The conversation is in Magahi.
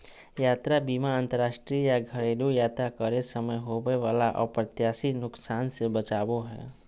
यात्रा बीमा अंतरराष्ट्रीय या घरेलू यात्रा करे समय होबय वला अप्रत्याशित नुकसान से बचाबो हय